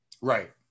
Right